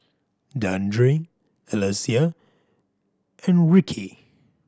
Dandre Alecia and Ricki